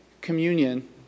communion